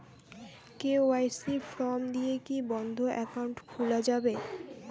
KYC form দিয়ে কি বন্ধ একাউন্ট খুলে যাবে?